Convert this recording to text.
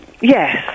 Yes